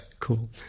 Cool